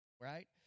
right